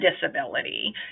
disability